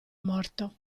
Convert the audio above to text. morto